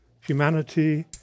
humanity